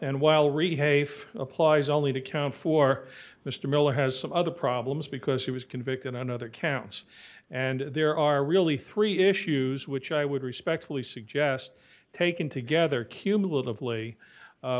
hafe applies only to count four mr miller has some other problems because he was convicted on other counts and there are really three issues which i would respectfully suggest taken together cumulatively